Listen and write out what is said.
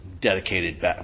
dedicated